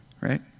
Right